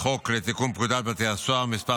חוק לתיקון פקודת בתי הסוהר (מס'